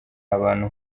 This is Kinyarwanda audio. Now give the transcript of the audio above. abantu